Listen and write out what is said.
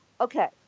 okay